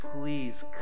please